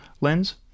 Lens